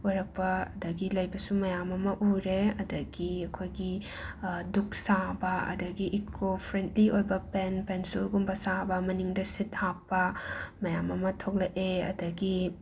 ꯑꯣꯏꯔꯛꯄ ꯑꯗꯒꯤ ꯂꯩꯕꯁꯨ ꯃꯌꯥꯝ ꯑꯃ ꯎꯔꯦ ꯑꯗꯒꯤ ꯑꯩꯈꯣꯏꯒꯤ ꯙꯨꯛ ꯁꯥꯕ ꯑꯗꯒꯤ ꯏꯀꯣ ꯐ꯭ꯔꯦꯟꯂꯤ ꯑꯣꯏꯕ ꯄꯦꯟ ꯄꯦꯟꯁꯤꯜꯒꯨꯝꯕ ꯁꯥꯕ ꯃꯅꯤꯡꯗ ꯁꯤꯠ ꯍꯥꯞꯄ ꯃꯌꯥꯝ ꯑꯃ ꯊꯣꯛꯂꯛꯑꯦ ꯑꯗꯒꯤ